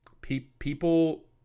people